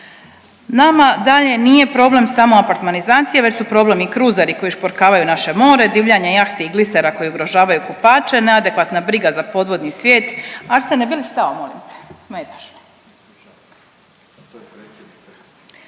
Nama dalje nije problem samo apartmanizacija već su problem i kruzeri koji šporkavaju naše more, divljanje jahti i glisera koji ugrožavaju kupače, neadekvatna briga za podvodni svijet, Arsene bi li stao molim te, smetaš mi.